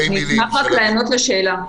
אני אשמח רק לענות לשאלה.